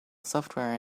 software